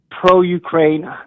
pro-Ukraine